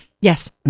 Yes